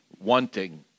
wanting